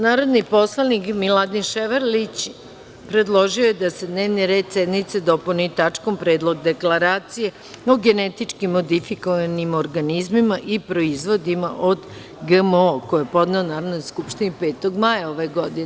Narodni poslanik Miladin Ševarlić predložio je da se dnevni red sednice dopuni tačkom Predlog deklaracije o genetički modifikovanim organizmima i proizvodima od GMO, koje je podneo Narodnoj skupštini 5. maja ove godine.